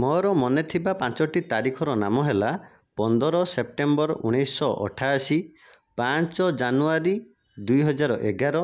ମୋର ମନେଥିବା ପାଞ୍ଚଟି ତାରିଖର ନାମ ହେଲା ପନ୍ଦର ସେପ୍ଟେମ୍ବର ଉଣେଇଶଶହ ଅଠାଅଶି ପାଞ୍ଚ ଜାନୁଆରୀ ଦୁଇହଜାର ଏଗାର